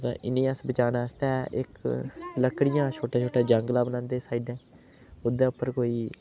ते इ'नेंगी अस बचाने आस्तै इक लकड़ियें दा छोटा छोटा झांगला बनांदे साइडें ओह्दे उप्पर कोई